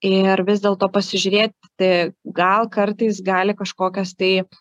ir vis dėlto pasižiūrėti gal kartais gali kažkokios tai